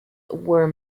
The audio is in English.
were